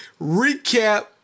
recap